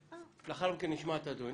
לאחר מכן נשמע את הדוברים.